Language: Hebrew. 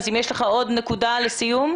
אם יש לך עוד נקודה לסיום,